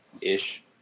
ish